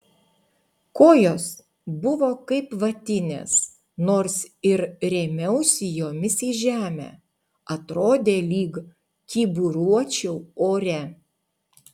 kojos buvo kaip vatinės nors ir rėmiausi jomis į žemę atrodė lyg kyburiuočiau ore